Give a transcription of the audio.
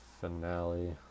finale